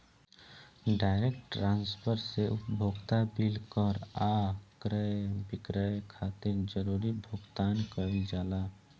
direct transfer से उपभोक्ता bill कर आ क्रय विक्रय खातिर जरूरी भुगतान कईल जाला